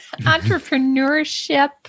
entrepreneurship